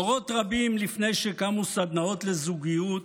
דורות רבים לפני שקמו סדנאות לזוגיות